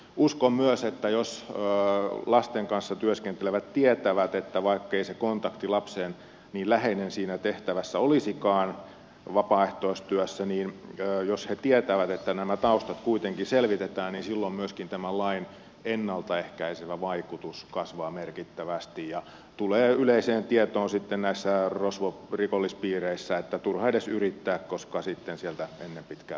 uskon myös että jos lasten kanssa työskentelevät tietävät että vaikkei se kontakti lapseen niin läheinen siinä tehtävässä olisikaan vapaaehtoistyössä mutta että nämä taustat kuitenkin selvitetään niin silloin myöskin tämän lain ennalta ehkäisevä vaikutus kasvaa merkittävästi ja näissä rosvo ja rikollispiireissä tulee yleiseen tietoon että turha edes yrittää koska sitten ennen pitkää kuitenkin narahtaa